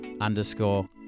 underscore